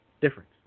Difference